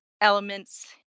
elements